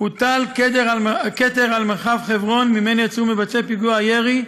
הוטל כתר על מרחב חברון שממנו יצאו מבצעי פיגועי הירי,